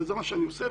וזה מה שאני עושה.